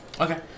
Okay